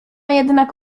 jednak